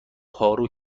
پارو